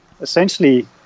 essentially